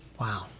Wow